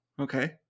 okay